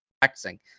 practicing